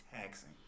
taxing